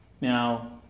Now